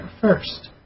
first